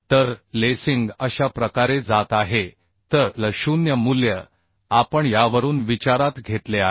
तर लेसिंग अशा प्रकारे जात आहे तर l0 मूल्य आपण यावरून विचारात घेतले आहे